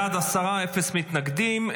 עשרה בעד, אין מתנגדים.